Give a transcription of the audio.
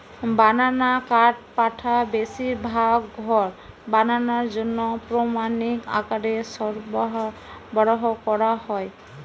বানানা কাঠপাটা বেশিরভাগ ঘর বানানার জন্যে প্রামাণিক আকারে সরবরাহ কোরা হয়